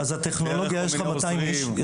דרך כל מיני עוזרים.